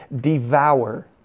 devour